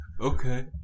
Okay